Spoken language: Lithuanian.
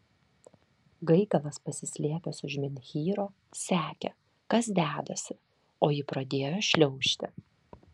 gaigalas pasislėpęs už menhyro sekė kas dedasi o ji pradėjo šliaužti